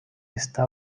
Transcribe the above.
está